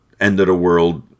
end-of-the-world